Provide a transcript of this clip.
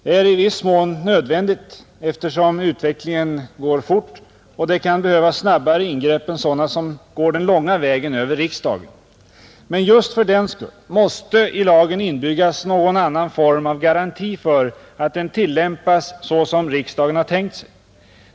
Det är i viss mån nödvändigt att ha en sådan lag, eftersom utvecklingen går fort och det kan behövas snabbare ingrepp än sådana som skall ske den långa vägen över riksdagen. Men just fördenskull måste i lagen inbyggas någon annan form av garanti för att den tillämpas så som riksdagen har tänkt sig.